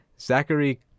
Zachary